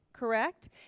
correct